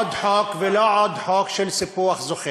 עוד חוק ולא עוד חוק של סיפוח זוחל.